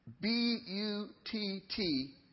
B-U-T-T